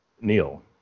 Neil